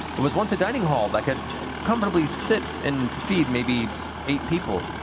it was once a dining hall that could comfortably sit and feed maybe eight people.